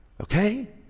okay